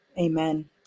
Amen